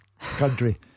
Country